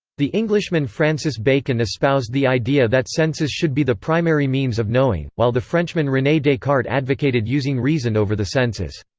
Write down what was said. the englishman francis bacon espoused the idea that senses should be the primary means of knowing, while the frenchman rene descartes advocated using reason over the senses.